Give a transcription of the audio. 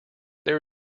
there